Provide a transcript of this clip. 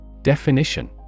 Definition